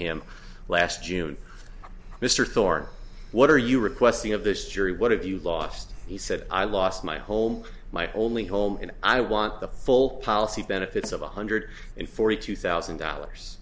him last june mr thorne what are you requesting of this jury what have you lost he said i lost my home my only home and i want the full policy benefits of one hundred and forty two thousand dollars